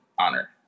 honor